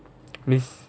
must